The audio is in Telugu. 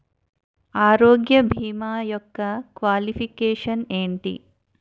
ఆరోగ్య భీమా యెక్క క్వాలిఫికేషన్ ఎంటి?